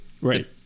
Right